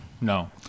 No